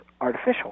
artificial